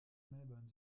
melbourne